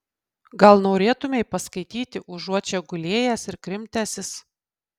gal norėtumei paskaityti užuot čia gulėjęs ir krimtęsis